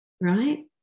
right